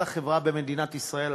על החברה במדינת ישראל,